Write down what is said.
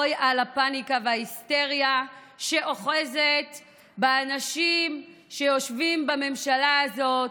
אוי על הפניקה וההיסטריה שאוחזת באנשים שיושבים בממשלה הזאת.